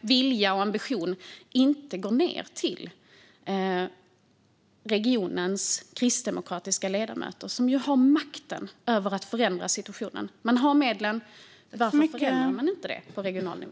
vilja och ambition inte vidare ned till regionens kristdemokratiska ledamöter, som har makten att förändra situationen? Man har medlen; varför förändrar man det inte på regional nivå?